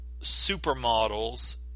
supermodels